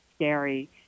scary